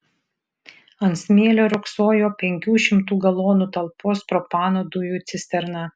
ant smėlio riogsojo penkių šimtų galonų talpos propano dujų cisterna